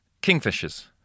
Kingfishers